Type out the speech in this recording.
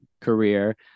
career